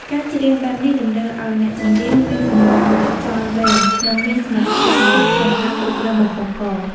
ការច្រៀងបែបនេះតម្រូវឱ្យអ្នកចម្រៀងមានកម្លាំងខ្យល់វែង និងមានសមត្ថភាពខ្ពស់ក្នុងការគ្រប់គ្រងបំពង់ក។